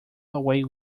away